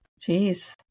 Jeez